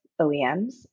OEMs